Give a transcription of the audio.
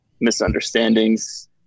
misunderstandings